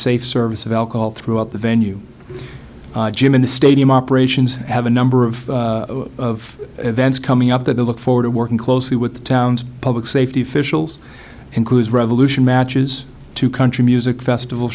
safe service of alcohol throughout the venue jim in the stadium operations have a number of of events coming up that they look forward to working closely with the town's public safety officials includes revolution matches to country music festival